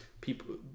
people